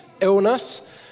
illness